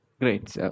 Great